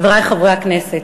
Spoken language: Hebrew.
חברי חברי הכנסת,